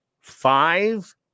five